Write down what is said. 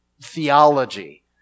theology